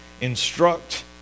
instruct